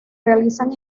realizan